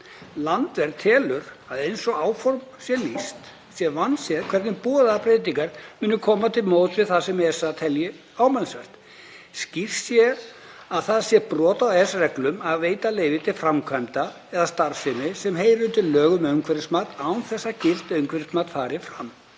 „Landvernd telur að eins og áformunum sé lýst sé vandséð hvernig boðaðar breytingar muni koma til móts við það sem ESA telji ámælisvert. Skýrt sé að það sé brot á EES-reglum að veita leyfi til framkvæmda eða starfsemi sem heyri undir lög um umhverfismat án þess að gilt umhverfismat hafi farið